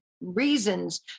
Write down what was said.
reasons